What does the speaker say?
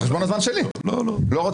לא.